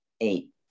eight